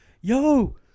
yo